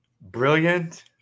brilliant